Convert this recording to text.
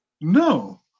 No